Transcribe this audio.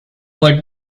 were